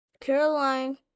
Caroline